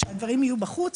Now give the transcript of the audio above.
שהדברים יהיו בחוץ.